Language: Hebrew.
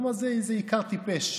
אבל הוא אמר: איזה איכר טיפש,